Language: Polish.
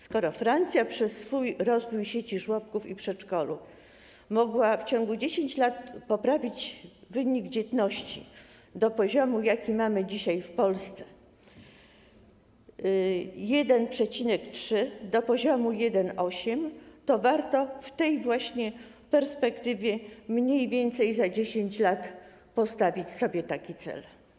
Skoro Francja przez rozwój sieci żłobków i przedszkoli mogła w ciągu 10 lat poprawić wynik dzietności z poziomu, jaki mamy dzisiaj w Polsce, poziomu 1,3 do poziomu 1,8 to warto w tej właśnie perspektywie, mniej więcej za 10 lat, postawić sobie takie cel.